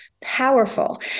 powerful